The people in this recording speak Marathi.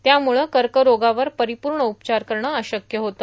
त्यामुळं कर्करोगावर परिपूर्ण उपचार करणं अशक्य होते